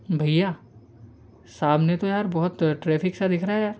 भैया सामने तो यार बहुत ट्रैफिक सा दिख रहा है यार